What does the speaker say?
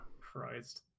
Christ